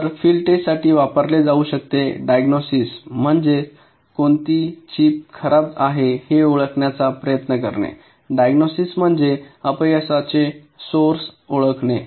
तर field test साठी वापरले जाऊ शकते डायग्नोसिस म्हणजे कोणती चिप खराब आहे हे ओळखण्याचा प्रयत्न करणे डायग्नोसिस म्हणजे अपयशाचे सोर्स ओळखणे